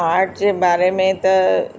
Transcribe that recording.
art जे बारे में त